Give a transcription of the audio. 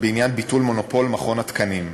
בעניין ביטול מונופול מכון התקנים.